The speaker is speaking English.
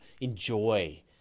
enjoy